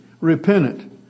repentant